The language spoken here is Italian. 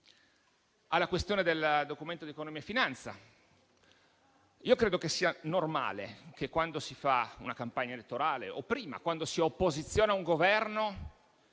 alla questione del Documento di economia e finanza. Credo sia normale che, quando si fa una campagna elettorale o prima, quando si è opposizione a un Governo,